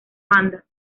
banda